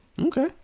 okay